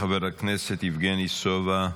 חבר הכנסת יבגני סובה,